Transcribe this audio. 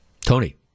Tony